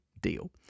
Deal